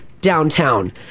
downtown